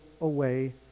away